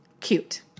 cute